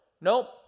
Nope